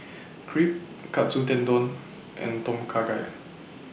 Crepe Katsu Tendon and Tom Kha Gai